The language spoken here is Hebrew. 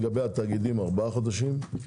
לגבי התאגידים - ארבעה חודשם.